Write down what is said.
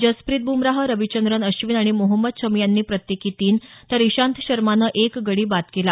जसप्रित ब्मराह रविचंद्रन अश्विन आणि मोहम्मद शमी यांनी प्रत्येकी तीन तर इशांत शर्मानं एक गडी बाद केला